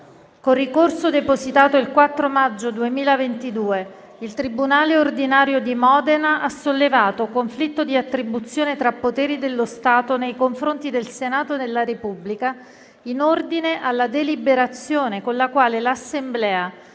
Con ricorso depositato il 4 maggio 2022, il tribunale ordinario di Modena ha sollevato conflitto di attribuzione tra poteri dello Stato nei confronti del Senato della Repubblica in ordine alla deliberazione con la quale l'Assemblea,